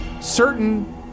certain